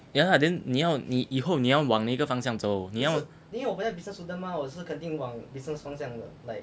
yeah lah then 你要你以后你要往哪一个方向走你要